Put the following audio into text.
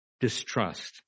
distrust